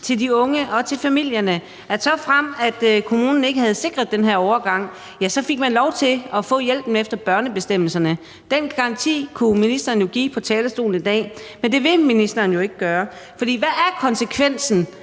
til de unge og til familierne om, at såfremt kommunen ikke havde sikret den her overgang, fik man lov til at få hjælpen efter børnebestemmelserne. Den garanti kunne ministeren jo give på talerstolen i dag, men det vil ministeren ikke gøre. For hvad er konsekvensen,